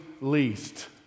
least